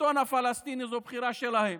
השלטון הפלסטיני, זו בחירה שלהם,